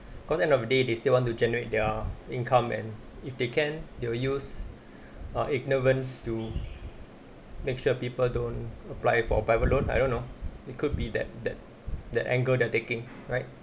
cause end of the day they still want to generate their income and if they can they will use err ignorance to make sure people don't apply for a private loan I don't know it could be that that that angle they're taking right